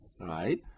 right